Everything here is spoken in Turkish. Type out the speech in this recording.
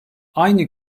aynı